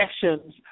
sessions